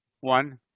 One